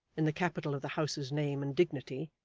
in the capital of the house's name and dignity,